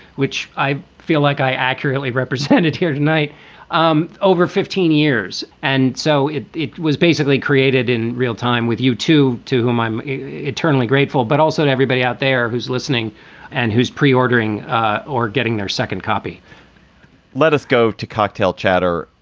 which i feel like i accurately represented here tonight um over fifteen years. and so it it was basically created in real time with youtube, to whom i'm eternally grateful, but also to everybody out there who's listening and who's preordering or getting their second copy let us go to cocktail chatter.